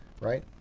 right